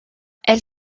elle